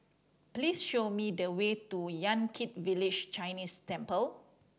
please show me the way to Yan Kit Village Chinese Temple